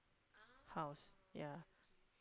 house yeah